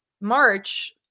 March